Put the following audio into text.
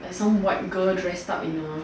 like some white girl dress up in a